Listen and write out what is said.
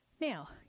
Now